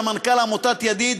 סמנכ"ל עמותת "ידיד",